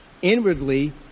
Inwardly